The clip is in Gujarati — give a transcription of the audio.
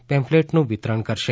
પેમ્ફલેટનું વિતરણ કરશે